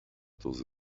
those